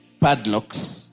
padlocks